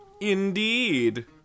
Indeed